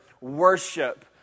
worship